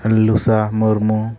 ᱟᱹᱞᱩᱥᱟ Murmu